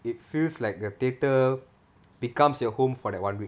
it feels like the theatre becomes your home for that one week